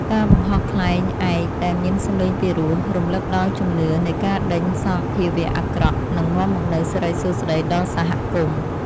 ការបង្ហោះខ្លែងឯកដែលមានសំឡេងពីរោះ រំលឹកដល់ជំនឿនៃការដេញសភាវៈអាក្រក់ និងនាំមកនូវសិរីសួស្តីដល់សហគមន៍។